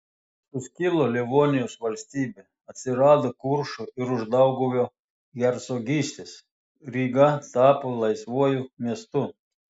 suskilo livonijos valstybė atsirado kuršo ir uždauguvio hercogystės ryga tapo laisvuoju miestu